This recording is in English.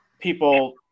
people